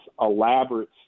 elaborate